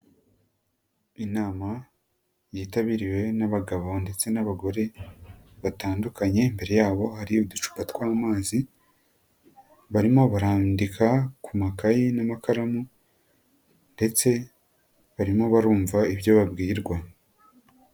Inama yitabiriwe n'abagabo ndetse n'abagore batandukanye, imbere yabo hari uducupa tw'amazi, barimo barandika ku makaye n'amakaramu ndetse barimo barumva ibyo babwirwa.